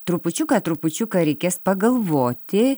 trupučiuką trupučiuką reikės pagalvoti